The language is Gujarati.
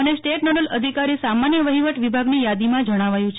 અને સ્ટેટ નોડલ અધિકારી સામાન્ય વહીવટ વિભાગની યાદીમાં જણાવાયું છે